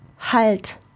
Halt